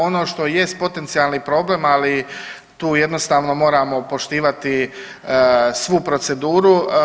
Ono što jest potencijalni problem, ali tu jednostavno moramo poštivati svu proceduru.